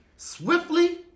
swiftly